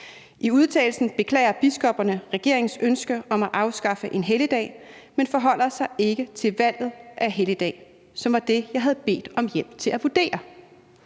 I udtalelsen beklager biskopperne regeringens ønske om at afskaffe en helligdag, men forholder sig ikke til valget af helligdag, som var det, jeg havde bedt om hjælp til at vurdere.